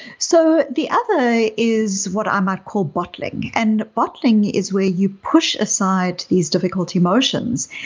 so the other is what i might call bottling and bottling is where you push aside these difficult emotions.